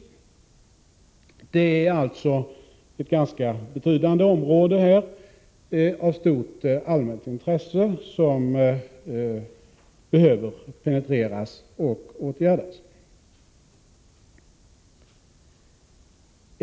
Det är alltså ett ganska betydande område av stort allmänt intresse som behöver penetreras.